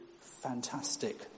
fantastic